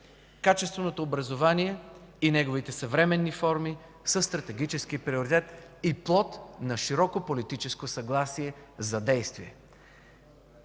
Качественото образование и неговите съвременни форми са стратегически приоритет и плод на широко политическо съгласие за действие.